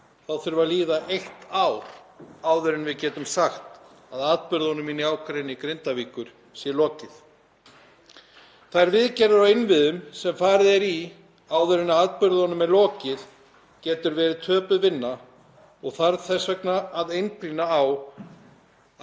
þurfi að líða eitt ár áður en við getum sagt að atburðunum í nágrenni Grindavíkur sé lokið. Þær viðgerðir á innviðum sem farið er í áður en atburðunum er lokið getur verið töpuðu vinna og þarf þess vegna að einblína á